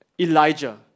Elijah